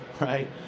right